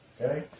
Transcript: Okay